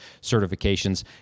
certifications